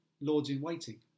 lords-in-waiting